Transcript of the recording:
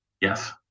Yes